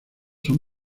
son